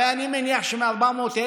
הרי אני מניח שמ-400,000,